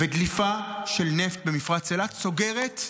ודליפה של נפט במפרץ אילת סוגרת,